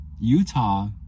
Utah